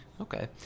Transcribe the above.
Okay